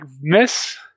miss